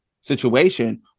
situation